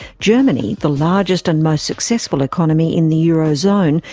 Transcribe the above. germany, the largest and most successful economy in the eurozone,